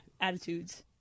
attitudes